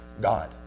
God